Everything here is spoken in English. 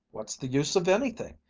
what's the use of anything,